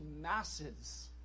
masses